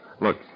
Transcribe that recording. Look